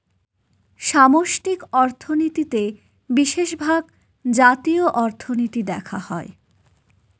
সামষ্টিক অর্থনীতিতে বিশেষভাগ জাতীয় অর্থনীতি দেখা হয়